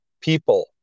people